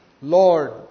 Lord